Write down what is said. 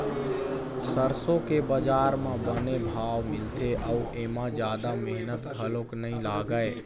सरसो के बजार म बने भाव मिलथे अउ एमा जादा मेहनत घलोक नइ लागय